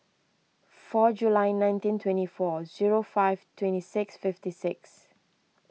four July nineteen twenty four zero five twenty six fifty six